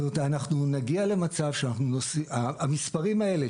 זאת אומרת: המספרים האלה,